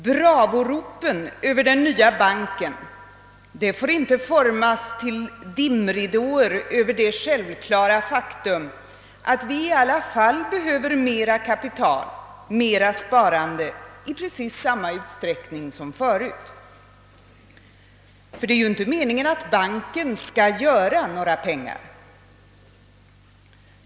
Bravoropen äver den nya banken får inte formas till dimridåer över det självklara faktum att vi i alla fall behöver mera kapital, mera sparande, i precis samma utsträckning som förut — det är ju inte meningen att banken skall göra pengar.